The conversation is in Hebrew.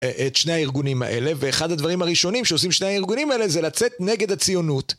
את שני הארגונים האלה, ואחד הדברים הראשונים שעושים שני הארגונים האלה זה לצאת נגד הציונות.